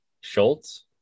Schultz